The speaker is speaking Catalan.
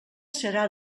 serà